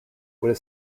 would